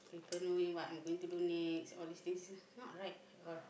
people know what I am going to do next all this thing it's not right